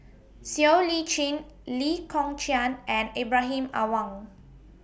Siow Lee Chin Lee Kong Chian and Ibrahim Awang